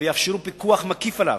ויאפשרו פיקוח מקיף עליו.